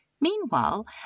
Meanwhile